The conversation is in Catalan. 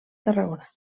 tarragona